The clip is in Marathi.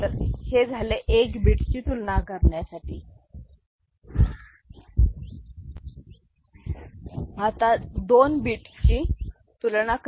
तर हे 1 बीट ची तुलना करण्यासाठी आहे